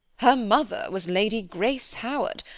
her mother was lady grace howard,